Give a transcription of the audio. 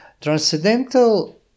Transcendental